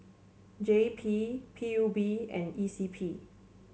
J P P U B and E C P